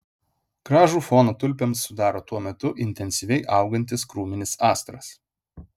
gražų foną tulpėms sudaro tuo metu intensyviai augantis krūminis astras